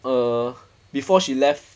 err before she left